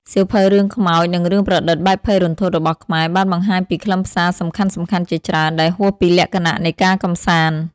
សៀវភៅរឿងខ្មោច និងរឿងប្រឌិតបែបភ័យរន្ធត់របស់ខ្មែរបានបង្ហាញពីខ្លឹមសារសំខាន់ៗជាច្រើន ដែលហួសពីលក្ខណៈនៃការកម្សាន្ត។